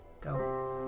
Go